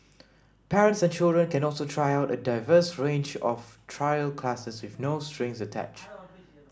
parents and children can also try out a diverse range of trial classes with no strings attached